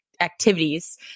activities